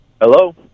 Hello